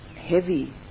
heavy